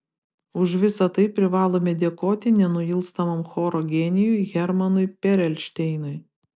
už visa tai privalome dėkoti nenuilstamam choro genijui hermanui perelšteinui